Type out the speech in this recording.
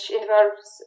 involves